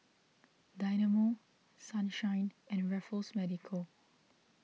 Dynamo Sunshine and Raffles Medical